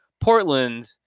Portland